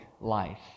life